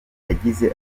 yagize